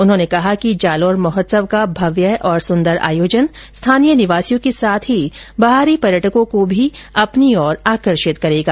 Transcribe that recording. उन्होंने कहा कि जालौर महोत्सव का भव्य और सुन्दर आयोजन स्थानीय निवासियों के साथ ही बाहरी पर्यटकों को भी अपनी ओर आकर्षित करेगा